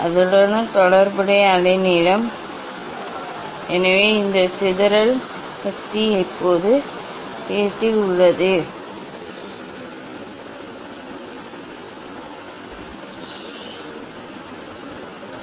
அதனுடன் தொடர்புடைய அலைநீளம் எனவே இந்த சிதறல் சக்தி இப்போது இந்த அலைநீளத்தில் உள்ளது d mu by d lambda vs lambda இப்போது நீங்கள் இப்போது நீங்கள் சரி செய்யலாம் ஒருவருக்கொருவர் சதி செய்வதற்கு முன்பு நீங்கள் சேவை செய்ய முடியும்